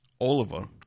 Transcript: Oliver